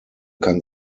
kann